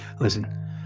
Listen